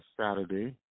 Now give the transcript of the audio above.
Saturday